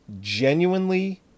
genuinely